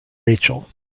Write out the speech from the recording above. rachel